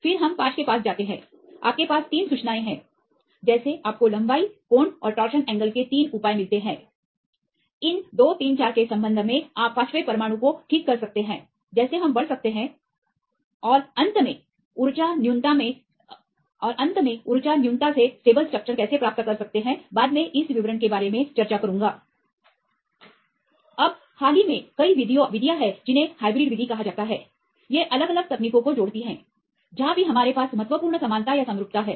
फिर हम पांच के पास जाते हैं आपके पास तीन सूचनाएँ हैं जैसे आपको लंबाई कोण और टोरशन एंगल के तीन उपाय मिलते हैं इन 2 3 4 के संबंध में आप पांचवें परमाणु को ठीक कर सकते हैं जैसे हम बढ़ सकते हैं और अंत में ऊर्जा न्यूनता से स्टेबल स्ट्रक्चर कैसे प्राप्त कर सकते हैं बाद में इस विवरण के बारे में चर्चा करूंगा अब हाल ही में कई विधियाँ हैं जिन्हें हाइब्रिड विधि कहा जाता है ये अलग अलग तकनीकों को जोड़ती हैं जहाँ भी हमारे पास महत्वपूर्ण समानता या समरूपता है